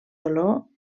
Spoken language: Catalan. olor